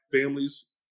families